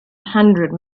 hundred